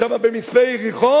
שם במצפה-יריחו,